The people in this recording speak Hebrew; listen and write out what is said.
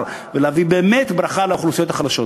ולהביא באמת ברכה לאוכלוסיות החלשות.